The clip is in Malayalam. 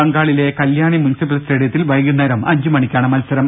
ബംഗാളിലെ കല്യാണി മുൻസിപ്പൽ സ്റ്റേഡിയത്തിൽ വൈകുന്നേരം അഞ്ച് മണിക്കാണ് മത്സരം